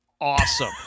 Awesome